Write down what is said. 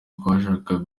twashakaga